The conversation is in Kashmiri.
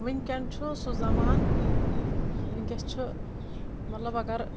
وُنکٮ۪ن چھُ سُہ زمانہٕ وُنکٮ۪س چھُ مطلب اَگر